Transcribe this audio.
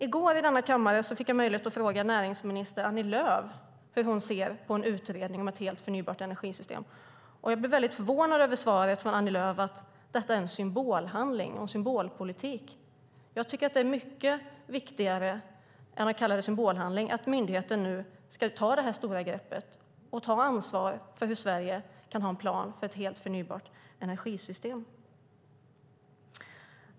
I går fick jag i denna kammare möjlighet att fråga näringsminister Annie Lööf hur hon ser på en utredning om ett helt förnybart energisystem. Jag blev väldigt förvånad över Annie Lööfs svar att detta är en symbolhandling och en symbolpolitik. Jag tycker att det är mycket viktigare än en symbolhandling att myndigheten nu ska ta detta stora grepp och ta ansvar för hur Sverige kan ha en plan för ett helt förnybart energisystem.